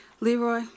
Leroy